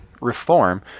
reform